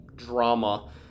drama